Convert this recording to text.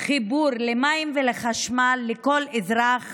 חיבור למים ולחשמל לכל אזרח